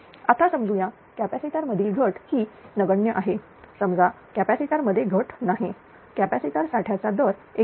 आता समजू या कॅपॅसिटर मधील घट ही नगण्य आहे समजा कॅपॅसिटर मध्ये घट नाही कॅपॅसिटर साठ्या चा दर 168